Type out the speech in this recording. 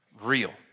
real